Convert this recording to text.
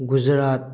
Gujarat